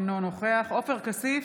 אינו נוכח עופר כסיף,